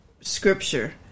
scripture